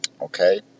Okay